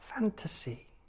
fantasy